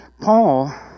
Paul